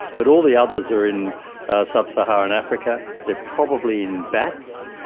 but all the others are in sub-saharan africa, they are probably in bats,